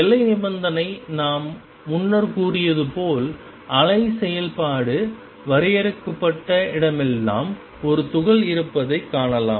எல்லை நிபந்தனை நாம் முன்னர் கூறியது போல் அலை செயல்பாடு வரையறுக்கப்பட்ட இடமெல்லாம் ஒரு துகள் இருப்பதைக் காணலாம்